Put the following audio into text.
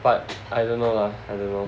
but I don't know lah I don't know